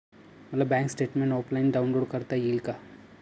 मला bank statement offline download करता येईल का?